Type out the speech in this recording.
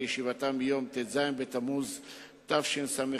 בישיבתה ביום ט"ו בתמוז התשס"ט,